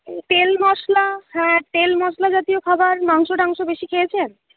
তেল মশলা হ্যাঁ তেল মশলাজাতীয় খাবার মাংসটাংস বেশি খেয়েছেন